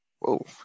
Whoa